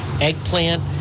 eggplant